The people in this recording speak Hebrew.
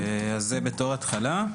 זה בתור התחלה.